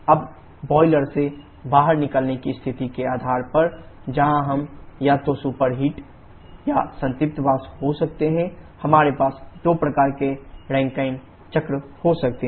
अब बायलर से बाहर निकलने की स्थिति के आधार पर जहां हम या तो सुपरहिट या संतृप्त वाष्प हो सकते हैं हमारे पास दो प्रकार के रैंकिन चक्र हो सकते हैं